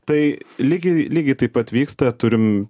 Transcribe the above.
tai lygiai lygiai taip pat vyksta turim